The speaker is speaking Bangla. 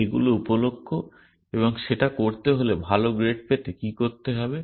এগুলো উপলক্ষ্য এবং সেটা করতে হলে ভালো গ্রেড পেতে কী করতে হবে